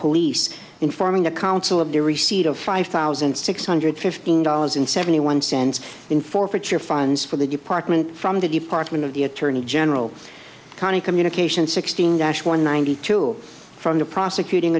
police informing the counsel of the receipt of five thousand six hundred fifteen dollars and seventy one cents in forfeiture funds for the department from the department of the attorney general county communication sixteen dash one ninety two from the prosecuting